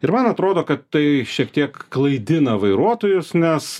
ir man atrodo kad tai šiek tiek klaidina vairuotojus nes